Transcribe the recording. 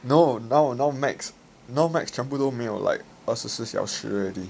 no no now macs 全部全部都没有 like 二十四小时 already